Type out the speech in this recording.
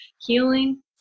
healing